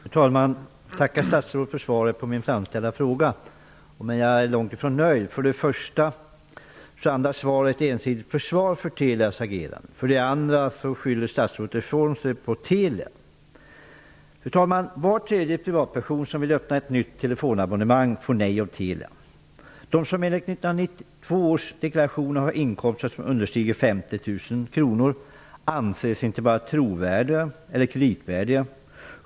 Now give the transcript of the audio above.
Fru talman! Jag tackar statsrådet för svaret på den fråga jag framställt, men jag är långt ifrån nöjd. För det första andas svaret ensidigt försvar av Telias agerande. För det andra skyller statsrådet ifrån sig på Telia. Fru talman! Var tredje privatperson som vill öppna ett nytt teleabonnemang får nej av Telia. De som enligt 1992 års deklaration har inkomster som understiger 50 000 kr anses inte vara kreditvärdiga.